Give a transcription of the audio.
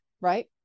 right